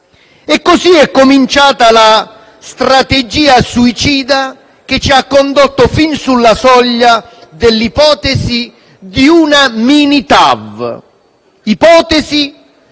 Così è cominciata la strategia suicida che ci ha condotto fin sulla soglia dell'ipotesi di un mini TAV,